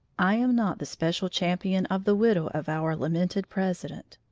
i am not the special champion of the widow of our lamented president